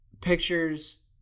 pictures